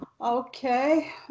okay